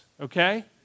okay